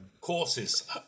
courses